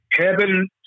Heaven